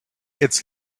its